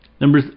Number